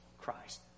Christ